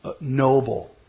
noble